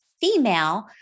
female